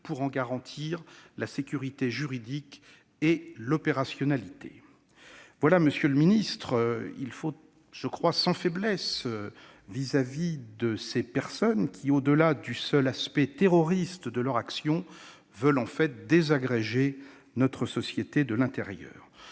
pour en garantir la sécurité juridique et l'opérationnalité. Monsieur le ministre, il faut être sans faiblesse avec ces personnes qui, au-delà du seul aspect terroriste de leur action, veulent désagréger notre société de l'intérieur.